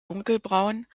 dunkelbraun